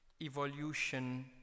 Evolution